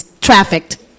trafficked